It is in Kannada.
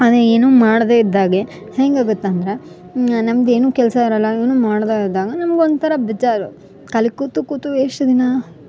ಅದೆ ಏನು ಮಾಡದೆ ಇದ್ದಾಗೆ ಹೆಂಗಾಗುತ್ತೆ ಅಂದರೆ ನಮ್ದ ಏನು ಕೆಲಸ ಇರಲ್ಲ ಏನು ಮಾಡ್ದೆ ಇದ್ದಾಗ ನಮ್ಗ ಒಂಥರ ಬೆಜಾರು ಖಾಲಿ ಕೂತು ಕೂತು ಎಷ್ಟು ದಿನ